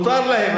מותר להם,